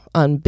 on